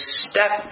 step